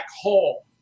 hole